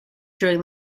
during